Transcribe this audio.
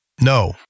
No